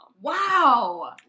Wow